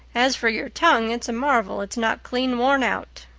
as for your tongue, it's a marvel it's not clean worn out.